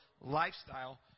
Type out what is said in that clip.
lifestyle